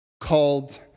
called